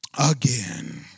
again